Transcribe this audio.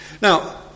Now